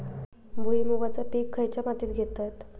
भुईमुगाचा पीक खयच्या मातीत घेतत?